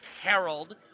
Harold